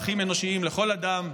ערכים אנושיים לכל אדם,